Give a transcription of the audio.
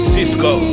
Cisco